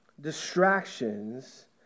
distractions